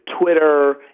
Twitter